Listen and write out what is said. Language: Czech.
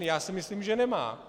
Já si myslím, že nemá.